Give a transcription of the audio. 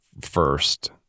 first